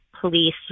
police